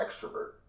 extrovert